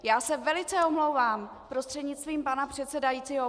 Já se velice omlouvám prostřednictvím pana předsedajícího.